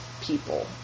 people